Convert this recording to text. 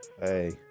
Hey